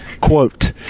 Quote